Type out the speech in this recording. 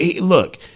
Look